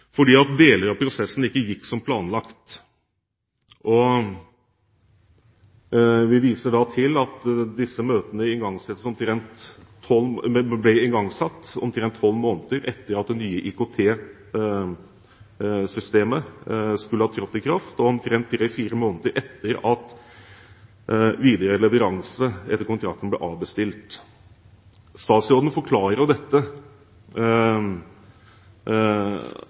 deler av prosessen ikke gikk som planlagt. Vi viser til at disse møtene ble igangsatt omtrent 12 måneder etter at det nye IKT-systemet skulle ha trådt i kraft, og omtrent 3–4 måneder etter at videre leveranse etter kontrakten ble avbestilt. Statsråden forklarer